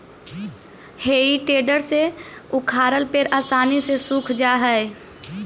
हेइ टेडर से उखाड़ल पेड़ आसानी से सूख जा हई